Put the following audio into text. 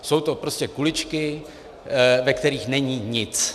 Jsou to prostě kuličky, ve kterých není nic.